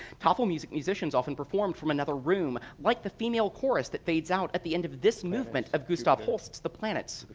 tafelmusik musicians often performed from another room, like the female chorus that fades out at the end of this movement of gustav holst's the planets.